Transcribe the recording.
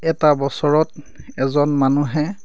এটা বছৰত এজন মানুহে